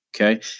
okay